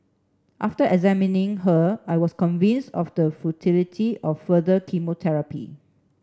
after examining her I was convinced of the futility of further